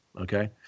okay